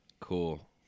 Cool